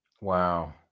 Wow